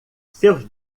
seus